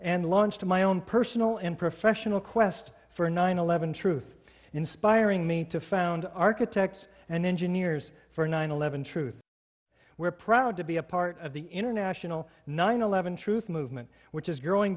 and launched my own personal and professional quest for nine eleven truth inspiring me to found architects and engineers for nine eleven truth we're proud to be a part of the international nine eleven truth movement which is growing